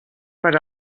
per